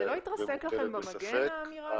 זה לא התרסקה לכם במגן, האמירה הזאת?